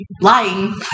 Lying